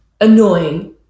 annoying